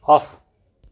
off